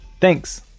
Thanks